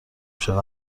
شدن